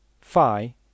phi